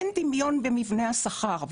אין דמיון במבנה השכר.